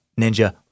Ninja